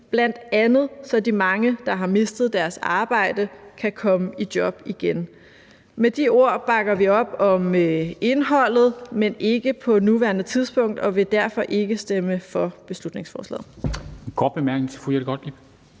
bl.a. så de mange, der har mistet deres arbejde, kan komme i job igen. Med de ord bakker vi op om indholdet, men ikke på nuværende tidspunkt, og vi vil derfor ikke stemme for beslutningsforslaget.